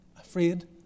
Afraid